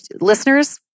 listeners